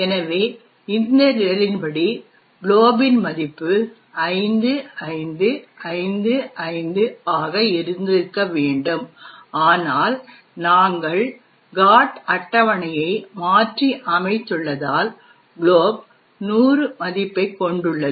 எனவே இந்த நிரலின் படி glob இன் மதிப்பு 5555 ஆக இருந்திருக்க வேண்டும் ஆனால் நாங்கள் GOT அட்டவணையை மாற்றியமைத்துள்ளதால் glob 100 மதிப்பைக் கொண்டுள்ளது